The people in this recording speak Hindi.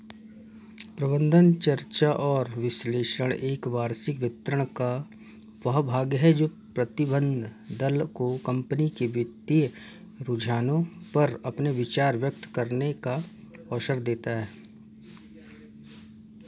प्रबंधन चर्चा और विश्लेषण एक वार्षिक वितरण का वह भाग है जो प्रतिबंध दल को कंपनी के वित्तीय रुझानों पर अपने विचार व्यक्त करने का अवसर देता है